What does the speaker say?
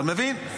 אתה מבין?